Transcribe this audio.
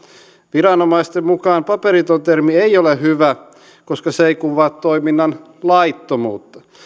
viranomaisten mukaan paperiton termi ei ole hyvä koska se ei kuvaa toiminnan laittomuutta